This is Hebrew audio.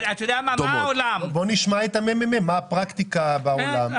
נשמע מן הממ"מ מה הפרקטיקה בעולם,